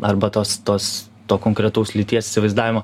arba tos tos to konkretaus lyties įsivaizdavimo